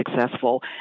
successful